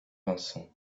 vincent